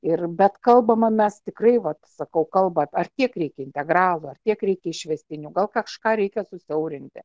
ir bet kalbama mes tikrai vat sakau kalba ar kiek reikia integralų ar tiek reikia išvestinių gal kažką reikia susiaurinti